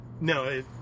no